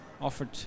offered